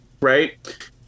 right